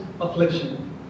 affliction